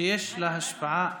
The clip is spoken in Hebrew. שיש לה השפעה עליו.